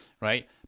right